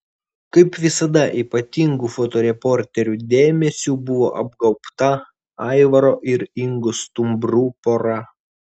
kaip visada ypatingu fotoreporterių dėmesiu buvo apgaubta aivaro ir ingos stumbrų pora